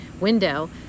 window